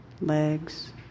legs